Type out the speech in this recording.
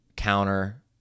counter